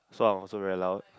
so I'm also very loud